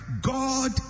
God